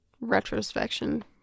retrospection